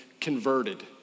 converted